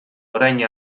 orain